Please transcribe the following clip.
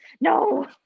No